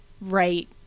right